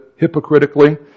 hypocritically